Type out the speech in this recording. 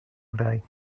day